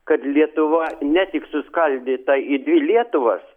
kad lietuva ne tik suskaldyta į dvi lietuvas